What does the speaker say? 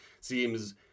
seems